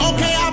Okay